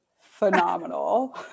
phenomenal